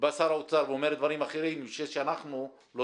ובא שר האומר ואומר דברים אחרים, שאנחנו לא